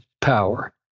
power